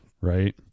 right